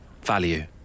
Value